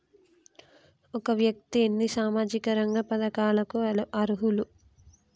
ఒక వ్యక్తి ఎన్ని సామాజిక రంగ పథకాలకు అర్హులు?